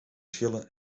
schillen